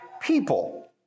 people